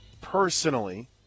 personally